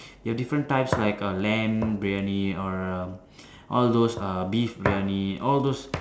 you have different types like err lamb Briyani or err all those err beef Briyani all those